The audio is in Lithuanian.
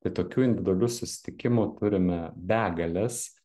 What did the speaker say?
tai tokių individualių susitikimų turime begales